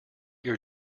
your